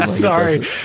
sorry